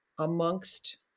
amongst